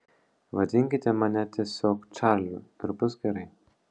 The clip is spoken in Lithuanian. vadinkite mane tiesiog čarliu ir bus gerai